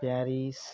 Paris